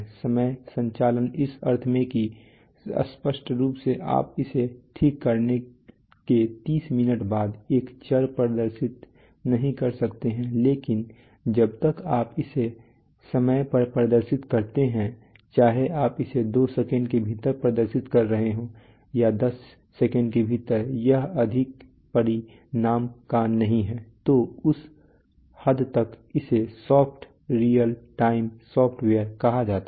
समय संचालन इस अर्थ में कि स्पष्ट रूप से आप इसे ठीक करने के 30 मिनट बाद एक चर प्रदर्शित नहीं कर सकते हैं लेकिन जब तक आप इसे समय पर प्रदर्शित करते हैं चाहे आप इसे दो सेकंड के भीतर प्रदर्शित कर रहे हों या 10 सेकंड के भीतर यह अधिक परिणाम का नहीं हैतो उस हद तक इसे सॉफ्ट रीयल टाइम सॉफ़्टवेयर कहा जाता है